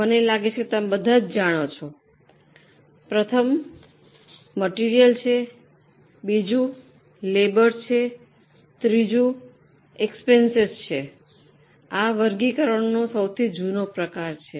મને લાગે છે કે તમે બધા જાણો છો પ્રથમ મટીરીયલ છે બીજું લેબર છે અને ત્રીજો ખર્ચ છે આ વર્ગીકરણનો સૌથી જૂનો પ્રકાર છે